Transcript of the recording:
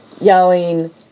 yelling